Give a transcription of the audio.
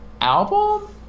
Album